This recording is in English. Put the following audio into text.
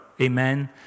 amen